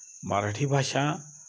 मराठी भाषा